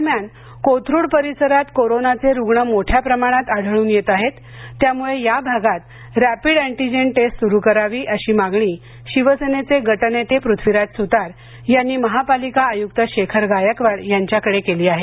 दरम्यान कोथरूड परिसरात कोरोनाचे रुग्ण मोठ्या प्रमाणात आढळून येत आहेत त्यामुळे या भागात रॅपिड अॅण्टीजेन टेस्ट सुरू करावी अशी मागणी शिवसेनेचे गटनेते पृथ्वीराज सुतार यांनी महापालिका आयुक्त शेखर गायकवाड यांच्याकडे केली आहे